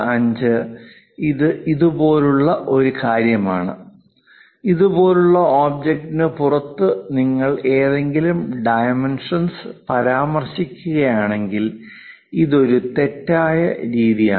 25 ഇത് ഇതുപോലുള്ള ഒരു കാര്യമാണ് ഇതുപോലുള്ള ഒബ്ജക്റ്റിന് പുറത്ത് നിങ്ങൾ ഏതെങ്കിലും ഡൈമെൻഷൻസ് പരാമർശിക്കുകയാണെങ്കിൽ ഇത് ഒരു തെറ്റായ രീതിയാണ്